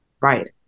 Right